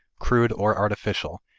crude or artificial,